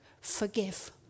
forgive